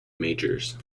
majors